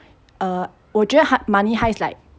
err 我觉得 money heist is like